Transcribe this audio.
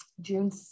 June